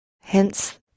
Hence